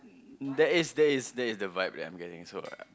that is that is that is the vibe that I'm getting so I